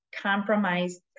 compromised